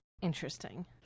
Interesting